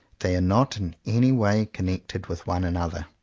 they are not in any way con nected with one another.